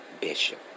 Bishop